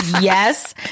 yes